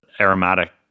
aromatic